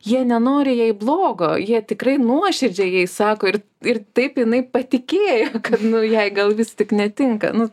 jie nenori jai blogo jie tikrai nuoširdžiai jai sako ir ir taip jinai patikėjo kad nu jai gal vis tik netinka nu